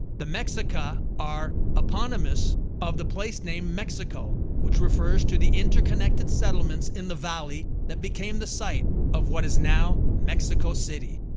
the mexica are eponymous of the place name mexico which refers to the interconnected settlements in the valley that became the site of what is now mexico city.